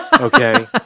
okay